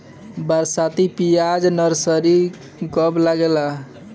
बरसाती प्याज के नर्सरी कब लागेला?